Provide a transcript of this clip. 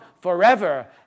forever